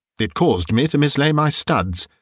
it caused me to mislay my studs,